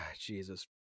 Jesus